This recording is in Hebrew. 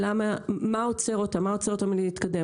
מה עוצר אותן מלהתקדם.